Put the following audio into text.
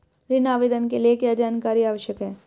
ऋण आवेदन के लिए क्या जानकारी आवश्यक है?